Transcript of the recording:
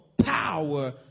power